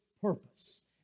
purpose